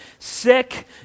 Sick